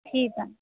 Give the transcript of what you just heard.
ਠੀਕ ਆ